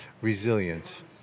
resilience